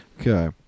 Okay